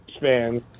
fans